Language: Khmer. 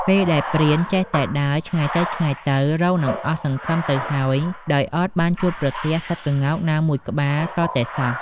ពេលដែលព្រានចេះតែដើរ ឆ្ងាយទៅៗរកនឹងអស់សង្ឃឹមទៅហើយ ដោយអត់បានជួបប្រទះសត្វក្ងោកណាមួយក្បាលទាល់តែសោះ។